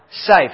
safe